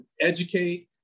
educate